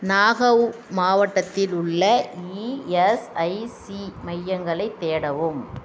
நாகாவ் மாவட்டத்தில் உள்ள இஎஸ்ஐசி மையங்களைத் தேடவும்